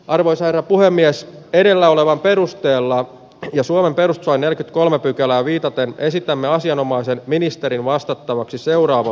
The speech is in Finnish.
arvoisa puhemies edellä olevan perusteella p ja suomen perustaa neiti kolme pykälään viitaten esitämme asianomaisen ministerin vastattavaksi seuraava